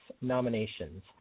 nominations